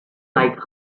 like